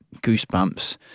goosebumps